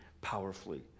powerfully